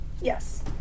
Yes